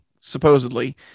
supposedly